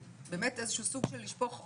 באמת איזה שהוא סוג של לשפוך אור,